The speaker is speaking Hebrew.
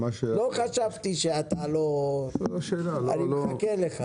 אני שמח שאתה איתי.